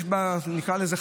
נקרא לזה,